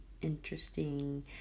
interesting